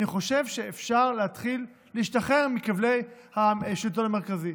אני חושב שאפשר להתחיל להשתחרר מכבלי השלטון המרכזי.